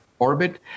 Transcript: orbit